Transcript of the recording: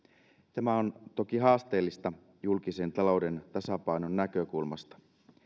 tämä on toki haasteellista julkisen talouden tasapainon näkökulmasta